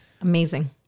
Amazing